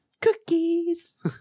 cookies